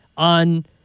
On